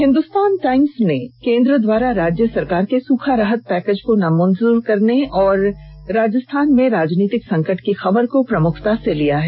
Hindustan Times ने केंद्र द्वारा राज्य सरकार के सूखा राहत पैकेज को नामंजूर करने और राजस्थान में राजनीतिक संकट की खबर को प्रमुखता से बताया है